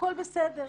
הכול בסדר,